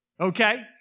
Okay